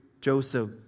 Joseph